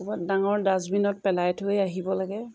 ক'ৰবাত ডাঙৰ ডাষ্টবিনত পেলাই থৈ আহিব লাগে